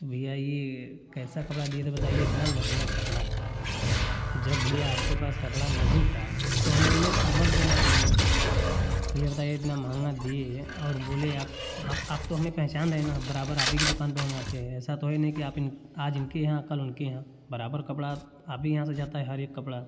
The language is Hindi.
भैया ये कैसा कपड़ा दिये थे बताइए इतना महँगा कपड़ा था जब भी आपके पास कपड़ा नहीं था तो हमें में मत देना चाहिए भैया बताइए इतना महँगा दिए ए और बोले आप आप आप तो हमें पहचान रहे हैं ना बराबर आप ही की दुकान पर हम आते हैं ऐसा तो है नहीं की आप आज इनके यहाँ कल उनके यहाँ बराबर कपड़ा आप ही के यहाँ से जाता है हर एक कपड़ा